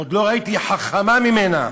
עוד לא ראיתי חכמה ממנה,